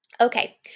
Okay